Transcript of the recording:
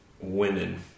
women